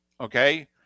Okay